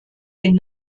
den